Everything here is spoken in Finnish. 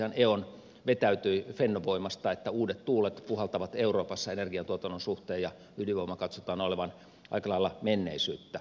on vetäytyi fennovoimasta niin että uudet tuulet puhaltavat euroopassa energiantuotannon suhteen ja ydinvoiman katsotaan olevan aika lailla menneisyyttä